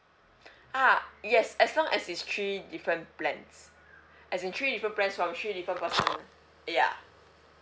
ah yes as long as it's three different plans as in three different plans from three different person ya